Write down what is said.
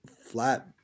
flat